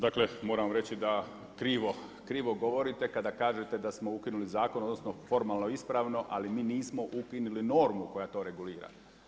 Dakle moram reći da krivo govorite kada kažete sa smo ukinuli zakon odnosno formalno ispravno, ali mi nismo ukinuli normu koja to regulira.